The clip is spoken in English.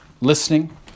listening